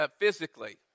physically